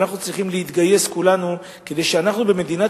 אלא אנחנו צריכים להתגייס כולנו כדי שאנחנו במדינת